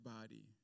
body